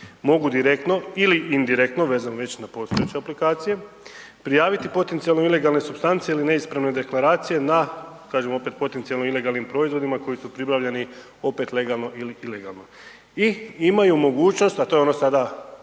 mogu direktno ili indirektno vezano već na postojeće aplikacije, prijaviti potencijalno ilegalne supstance ili neispravne deklaracije na, kažem opet potencionalno ilegalnim proizvodima koji su pribavljeni opet legalno ili ilegalno i imaju mogućnost, a to je ono sada